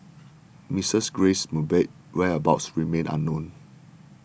Mrs Grace Mugabe's whereabouts remain unknown